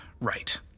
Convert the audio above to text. Right